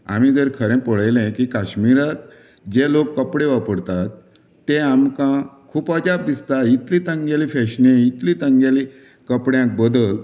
आमी जर खरें पळयलें की काश्मिरांत जे लोक कपडे वापरतात तें आमकां खूब अजाप दिसता इतली तांगेली फेशनी इतली तांगेली कपड्याक बदल